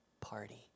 party